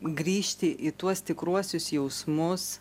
grįžti į tuos tikruosius jausmus